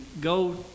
go